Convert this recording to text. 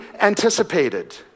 anticipated